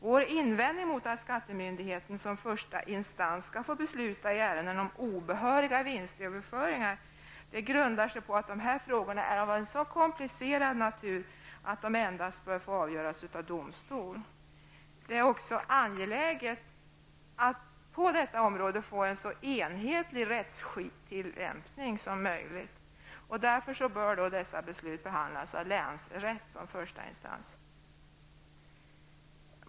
Vår invändning mot att skattemyndigheten som första instans skall få besluta i ärenden om obehöriga vinstöverföringar grundar sig på att dessa frågor är av så komplicerad natur att de endast bör få avgöras av domstol. Det är också angeläget att få en så enhetlig rättstillämpning som möjligt på detta område. Därför bör dessa beslut behandlas av länsrätt som första instans.